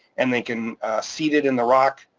and they can seat it in the rock